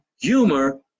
humor